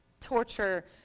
torture